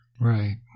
Right